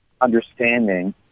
understanding